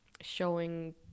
showing